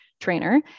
trainer